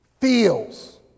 feels